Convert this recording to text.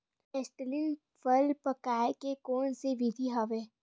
Acetylene फल पकाय के कोन सा विधि आवे?